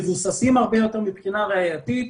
מבוססים הרבה יותר מבחינה ראייתית,